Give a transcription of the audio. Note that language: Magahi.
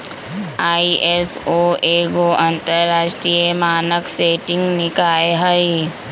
आई.एस.ओ एगो अंतरराष्ट्रीय मानक सेटिंग निकाय हइ